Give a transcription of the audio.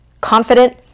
confident